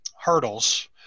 hurdles